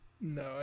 No